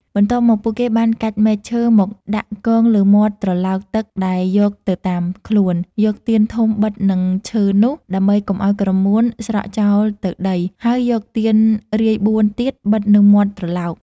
បន្ទាប់មក ពួកគេបានកាច់មែកឈើមកដាក់គងលើមាត់ត្រឡោកទឹកដែលយកទៅតាមខ្លួន យកទៀនធំបិទនឹងឈើនោះ ដើម្បីកុំឲ្យក្រមួនស្រក់ចោលទៅដី ហើយយកទៀនរាយបួនទៀតបិទនៅមាត់ត្រឡោក។